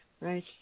Right